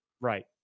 Right